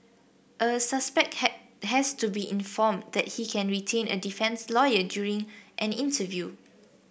a suspect has to be informed that he can retain a defence lawyer during an interview